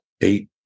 eight